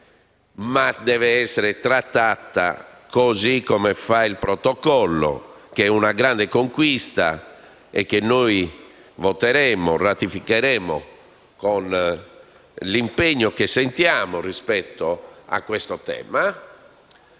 che deve essere trattata come fa l'Accordo, che è una grande conquista, che noi ratificheremo con l'impegno che sentiamo rispetto a questo tema.